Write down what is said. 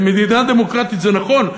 במדינה דמוקרטית זה נכון.